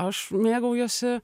aš mėgaujuosi